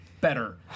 better